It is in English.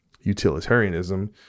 utilitarianism